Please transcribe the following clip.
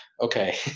okay